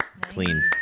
Clean